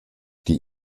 die